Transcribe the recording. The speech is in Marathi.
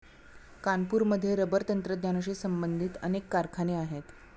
कानपूरमध्ये रबर तंत्रज्ञानाशी संबंधित अनेक कारखाने आहेत